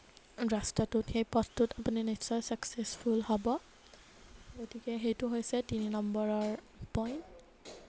ৰাস্তাটোত সেই পথটোত আপুনি নিশ্চয় চাকচেছফুল হ'ব গতিকে সেইটো হৈছে তিনি নম্বৰৰ পইণ্ট